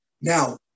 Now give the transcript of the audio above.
Now